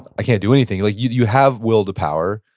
i can't do anything. like you you have will to power.